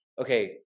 okay